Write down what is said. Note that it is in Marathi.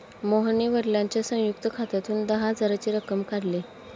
मोहनने वडिलांच्या संयुक्त खात्यातून दहा हजाराची रक्कम काढली